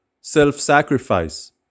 self-sacrifice